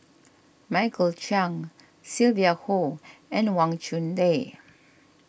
Michael Chiang Sylvia Kho and Wang Chunde